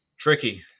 Tricky